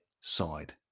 side